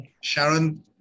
sharon